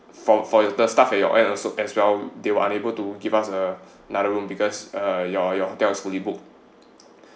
from for the staff at your as well they were unable to give us uh another room because uh your your hotel is fully booked